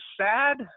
sad